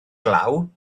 glaw